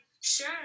Sure